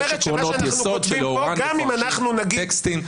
עקרונות יסוד שלאורם מפרשים טקסטים.